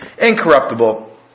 incorruptible